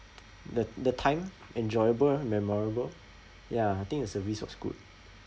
the the time enjoyable memorable ya I think the service was good